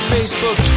Facebook